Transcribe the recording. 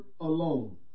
alone